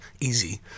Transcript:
easy